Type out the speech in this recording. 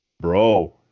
bro